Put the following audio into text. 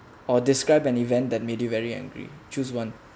or describe an event that made you very angry choose one